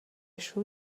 шүү